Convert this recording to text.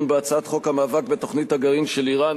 בהצעת חוק המאבק בתוכנית הגרעין של אירן,